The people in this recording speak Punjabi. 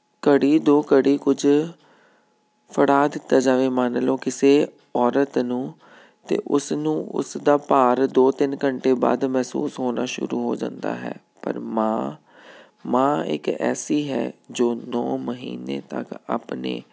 ਘੜੀ ਦੋ ਘੜੀ ਕੁਝ ਫੜਾ ਦਿੱਤਾ ਜਾਵੇ ਮੰਨ ਲਓ ਕਿਸੇ ਔਰਤ ਨੂੰ ਤਾਂ ਉਸ ਨੂੰ ਉਸ ਦਾ ਭਾਰ ਦੋ ਤਿੰਨ ਘੰਟੇ ਬਾਅਦ ਮਹਿਸੂਸ ਹੋਣਾ ਸ਼ੁਰੂ ਹੋ ਜਾਂਦਾ ਹੈ ਪਰ ਮਾਂ ਮਾਂ ਇੱਕ ਐਸੀ ਹੈ ਜੋ ਨੌਂ ਮਹੀਨੇ ਤੱਕ ਆਪਣੇ